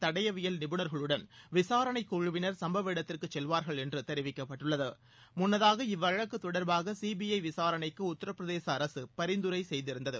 தடயவியல் நிபுணர்களுடன் விசாரணைக்குழுவினர் சம்பவ இடத்திற்கு செல்வார்கள் என்று தெரிவிக்கப்பட்டுள்ளது முன்னதாக இவ்வழக்கு தொடர்பாக சிபிஐ விசாரணைக்கு உத்தரப்பிரதேச அரசு பரிந்துரை செய்திருந்தது